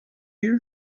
here